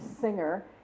singer